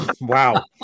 Wow